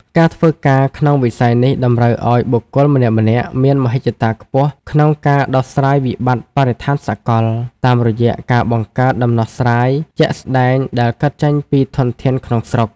ការធ្វើការក្នុងវិស័យនេះតម្រូវឱ្យបុគ្គលម្នាក់ៗមានមហិច្ឆតាខ្ពស់ក្នុងការដោះស្រាយវិបត្តិបរិស្ថានសកល តាមរយៈការបង្កើតដំណោះស្រាយជាក់ស្ដែងដែលកើតចេញពីធនធានក្នុងស្រុក។